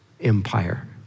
empire